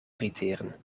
irriteren